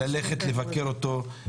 -- ללכת לבקר אותו.